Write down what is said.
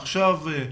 עכשיו,